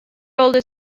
older